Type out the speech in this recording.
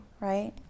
right